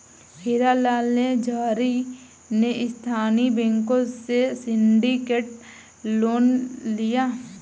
हीरा लाल झावेरी ने स्थानीय बैंकों से सिंडिकेट लोन लिया